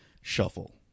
shuffle